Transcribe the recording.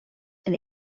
and